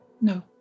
No